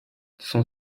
son